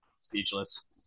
Speechless